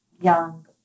young